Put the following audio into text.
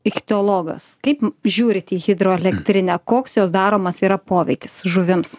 ichtiologas kaip žiūrit į hidroelektrinę koks jos daromas yra poveikis žuvims